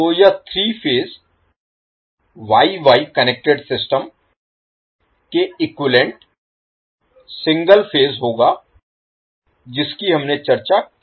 तो यह 3 phase Y Y connected system के इक्विवैलेन्ट सिंगल फेज होगा जिसकी हमने चर्चा की थी